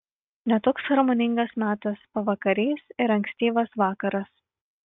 ne toks harmoningas metas pavakarys ir ankstyvas vakaras